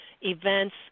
events